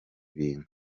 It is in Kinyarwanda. bintu